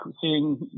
seeing